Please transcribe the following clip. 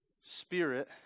spirit